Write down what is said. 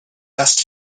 best